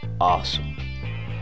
Awesome